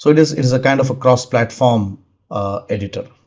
so it is it is a kind of a cross platform editor.